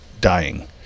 dying